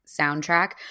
soundtrack –